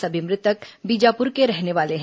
सभी मृतक बीजापुर के रहने वाले हैं